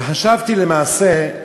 וחשבתי, למעשה,